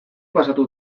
pasatu